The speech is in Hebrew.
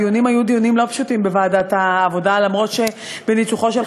הדיונים בוועדת העבודה היו דיונים לא פשוטים,